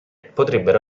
potrebbero